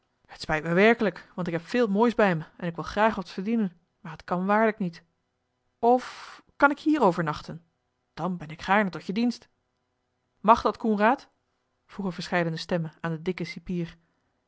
het spijt me werkelijk want ik heb veel moois bij me en ik wil graag wat verdienen maar het kan waarlijk niet of kan ik hier overnachten dan ben ik gaarne tot je dienst mag dat coenraad vroegen verscheidene stemmen aan den dikken cipier